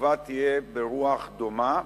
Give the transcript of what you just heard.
התשובה תהיה ברוח דומה,